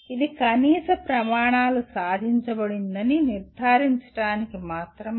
ఇది కనీస ప్రమాణాలు సాధించబడిందని నిర్ధారించడానికి మాత్రమే